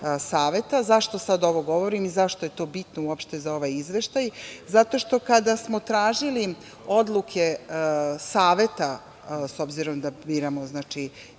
Saveta.Zašto sada ovo govorim i zašto je to bitno uopšte za ovaj izveštaj? Zato što kada smo tražili odluke saveta, s obzirom da biramo savet